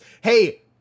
hey